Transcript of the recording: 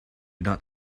not